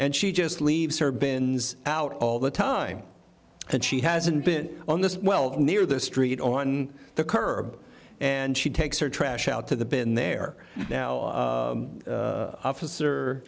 and she just leaves her bins out all the time and she hasn't been on this well near the street on the curb and she takes her trash out to the been there now officer